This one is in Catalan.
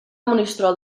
monistrol